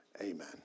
Amen